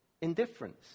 Indifference